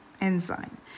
Enzyme